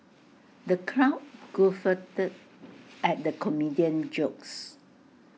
the crowd guffawed at the comedian's jokes